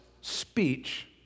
speech